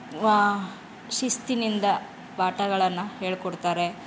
ವ ಶಿಸ್ತಿನಿಂದ ಪಾಠಗಳನ್ನು ಹೇಳಿಕೊಡ್ತಾರೆ